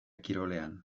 kirolean